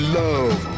love